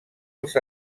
els